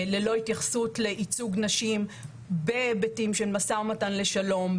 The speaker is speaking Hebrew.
ללא התייחסות לייצוג נשים בהיבטים של משא ומתן לשלום,